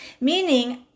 meaning